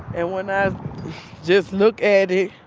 and when i just look at it,